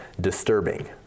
disturbing